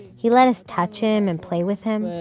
he let us touch him, and play with him.